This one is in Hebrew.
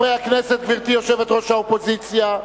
חברי הכנסת, גברתי יושבת-ראש האופוזיציה,